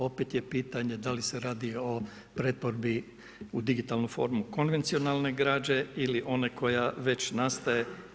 Opet je pitanje da li se radio o pretvorbi u digitalnu formu konvencionalne građe ili one koja već nastaje.